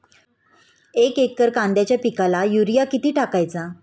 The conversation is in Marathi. एक एकर कांद्याच्या पिकाला युरिया किती टाकायचा?